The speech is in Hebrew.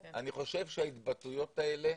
אני חושב שההתבטאויות האלה,